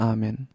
Amen